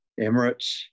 Emirates